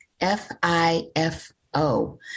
F-I-F-O